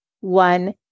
one